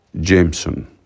Jameson